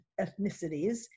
ethnicities